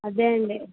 అదే అండి